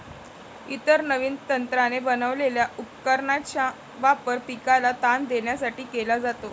इतर नवीन तंत्राने बनवलेल्या उपकरणांचा वापर पिकाला ताण देण्यासाठी केला जातो